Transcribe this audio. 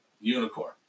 Unicorn